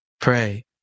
pray